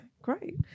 great